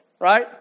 right